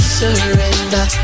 surrender